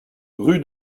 rue